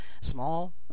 small